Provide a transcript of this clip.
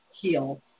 heal